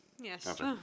Yes